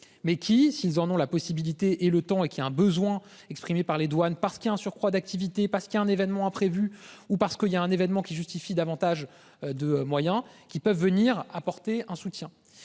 mais qui, s'ils en ont la possibilité et le temps et qui a un besoin exprimé par les douanes parce qu'il a un surcroît d'activité parce qu'il y a un événement imprévu ou parce qu'il y a un événement qui justifie davantage de moyens qui peuvent venir apporter un soutien